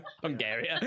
Hungary